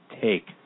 take